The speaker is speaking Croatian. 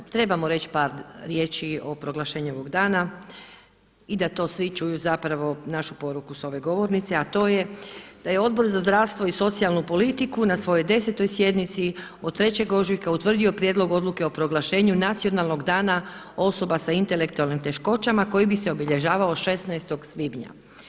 Trebamo reći par riječi o proglašenju ovog dana i da to svi čuju zapravo našu poruku sa ove govornice, a to je da je Odbor za zdravstvo i socijalnu politiku na svojoj 10. sjednici od 3. ožujka utvrdio Prijedlog odluke o proglašenju Nacionalnog dana osoba sa intelektualnim teškoćama koji bi se obilježavao 16. svibnja.